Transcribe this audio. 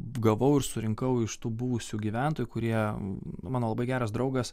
gavau ir surinkau iš tų buvusių gyventojų kurie nu mano labai geras draugas